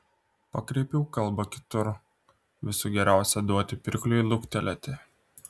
pakreipiau kalbą kitur visų geriausia duoti pirkliui luktelėti